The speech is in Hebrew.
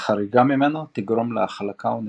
וחריגה ממנו תגרום להחלקה ונפילה.